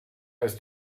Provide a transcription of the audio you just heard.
ist